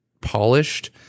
polished